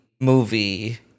movie